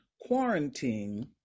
quarantine